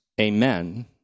amen